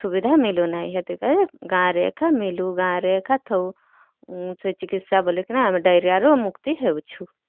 ସୁବିଧା ମିଲୁ ନାହିଁ ହେଥିର କାଜି ଗାଁ ରେ ଏକା ମିଲୁ ଗାଁ ରେ ଏକା ଥଉ ସେ ଚିକିତ୍ସା ବୋଲିକିନା ଆମେ ଡାଇରିଆରୁ ମୁକ୍ତି ହେଉଛୁ